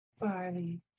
Barley